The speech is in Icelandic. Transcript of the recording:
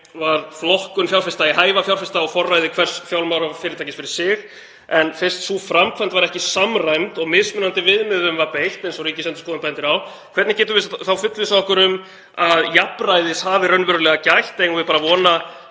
var flokkun fjárfesta í hæfa fjárfesta á forræði hvers fjármálafyrirtækis fyrir sig. Fyrst sú framkvæmd var ekki samræmd og mismunandi viðmiðum var beitt, eins og Ríkisendurskoðun bendir á, hvernig getum við fullvissað okkur um að jafnræðis hafi raunverulega verið gætt? Eigum við bara að vona